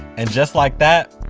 and just like that,